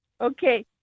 Okay